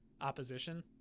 opposition